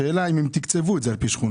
השאלה היא האם הם גם תקצבו את זה על פי שכונות.